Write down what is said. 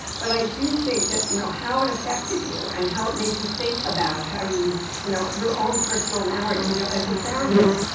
but i do think that, you know, how it affected you and how it made you think about how you you know, your own personal narrative. you know, as a therapist,